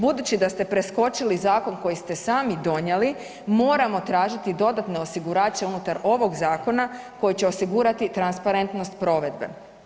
Budući da ste preskočili zakon koji ste sami donijeli moramo tražiti dodatne osigurače unutar ovog zakona koji će osigurati transparentnost provedbe.